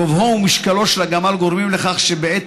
גובהו ומשקלו של הגמל גורמים לכך שבעת